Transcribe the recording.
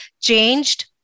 changed